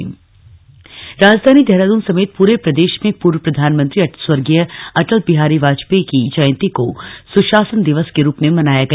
सुशासन दिवस राजधानी देहरादून समेत पूरे प्रदेश में पूर्व प्रधानमंत्री स्वर्गीय अटल बिहारी बाजपेयी की जंयती को सुशासन दिवस के रूप में मनाया गया